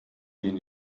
gehen